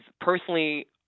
personally